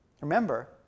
Remember